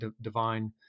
divine